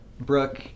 Brooke